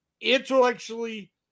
intellectually